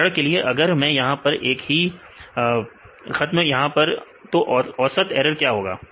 उदाहरण के लिए अगर मैं यहां पर एक ही खत्म यहां पर तो औसत ऐरर क्या होगा